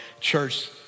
church